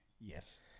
yes